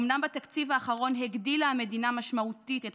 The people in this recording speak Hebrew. אומנם בתקציב האחרון הגדילה המדינה משמעותית את